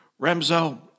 Remzo